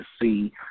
see